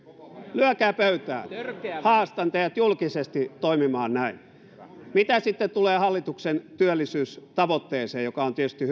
lyökää pöytään haastan teidät julkisesti toimimaan näin mitä sitten tulee hallituksen työllisyystavoitteeseen joka on tietysti